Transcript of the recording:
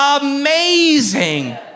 amazing